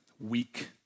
weak